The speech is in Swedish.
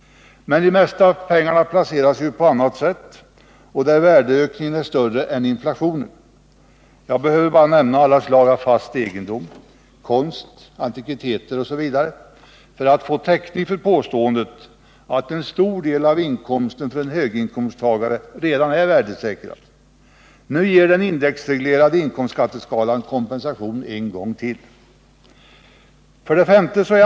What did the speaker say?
Men det mesta av pengarna placeras ju på annat sätt, där värdeökningen är större än inflationen. Jag behöver bara nämna alla slag av fast egendom, konst, antikviteter osv. för att få täckning för påståendet att en stor del av inkomsten för en höginkomsttagare redan är värdesäkrad. Nu ger den indexreglerade skatteskalan kompensation en gång till. 5.